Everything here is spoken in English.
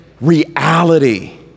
reality